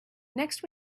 next